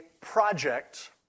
project